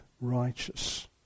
righteous